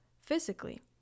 physically